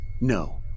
No